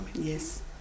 Yes